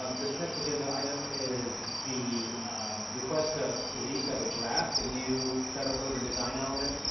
um this next agenda item is the request to release as a draft the new federal urban design element,